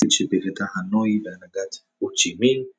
קומוניסטית שבירתה האנוי בהנהגת הו צ'י מין,